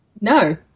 no